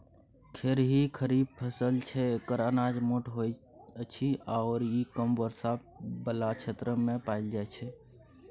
खेरही खरीफ फसल छै एकर अनाज मोट होइत अछि आओर ई कम वर्षा बला क्षेत्रमे पाएल जाइत छै